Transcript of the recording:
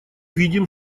видим